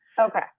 Okay